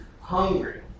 hungry